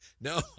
no